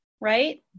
right